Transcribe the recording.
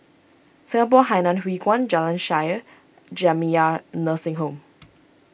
Singapore Hainan Hwee Kuan Jalan Shaer Jamiyah Nursing Home